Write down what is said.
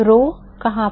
Rho कहाँ पर